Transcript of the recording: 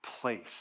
place